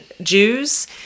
Jews